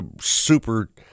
super